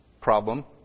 problem